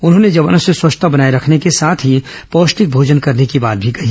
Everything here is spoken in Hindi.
उन्होंने जवानों से स्वच्छता बनाए रखने के साथ ही पौष्टिक भोजन करने की बात भी कही